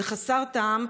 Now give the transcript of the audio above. זה חסר טעם,